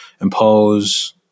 impose